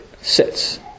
sits